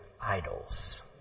idols